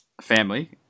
family